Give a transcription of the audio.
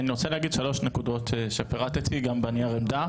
אני רוצה להגיד שלוש נקודות שפירטתי גם בנייר העמדה.